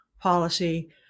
policy